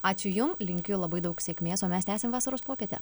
ačiū jum linkiu labai daug sėkmės o mes tęsiam vasaros popietę